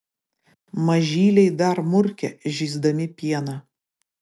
mažyliai dar murkia žįsdami pieną